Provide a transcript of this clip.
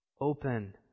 open